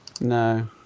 no